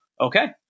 Okay